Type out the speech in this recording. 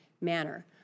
manner